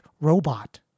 robot